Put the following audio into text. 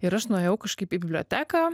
ir aš nuėjau kažkaip į biblioteką